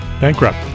Bankrupt